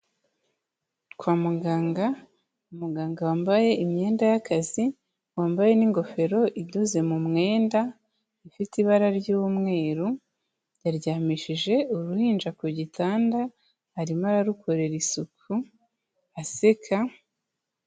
Kwa muganga, umuganga wambaye imyenda y'akazi, wambaye n'ingofero idoze mu mwenda ifite ibara ry'umweru yaryamishije uruhinja ku gitanda arimo ararukorera isuku aseka.